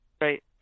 right